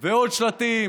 ועוד שלטים